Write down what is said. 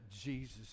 Jesus